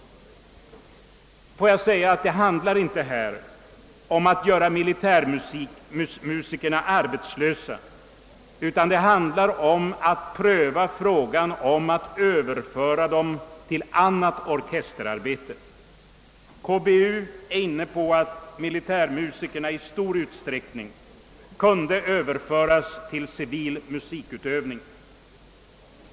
Det handlar inte här om att göra militärmusikerna arbetslösa — «det handlar om att pröva frågan om att överföra dem till annat orkesterarbete. KBU är inne på tanken att militärmusikerna i stor utsträckning kunde överföras till civil musikutövning.